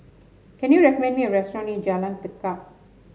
can you recommend me a restaurant near Jalan Tekad